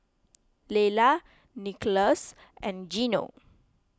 Laylah Nicklaus and Geno